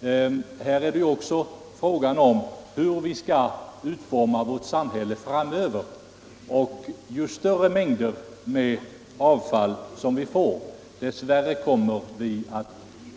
Detta är också en fråga om hur vi skall utforma vår miljö framöver. Ju större mängder avfall vi får, desto svårare blir det att